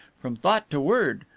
from thought to word,